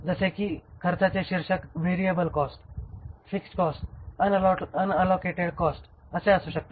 जसे कि खर्चाचे शीर्षक variable cost fixed cost unallocatable cost असे असू शकतात